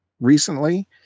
recently